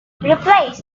replace